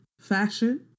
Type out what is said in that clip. fashion